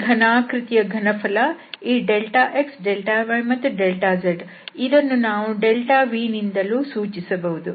ಈ ಘನಾಕೃತಿಯ ಘನಫಲ ಈ δx δy ಮತ್ತು δz ಇದನ್ನು ನಾವು δVನಿಂದಲೂ ಸೂಚಿಸಬಹುದು